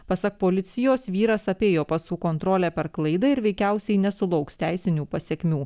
pasak policijos vyras apėjo pasų kontrolę per klaidą ir veikiausiai nesulauks teisinių pasekmių